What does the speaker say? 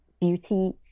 beauty